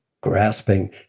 grasping